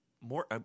more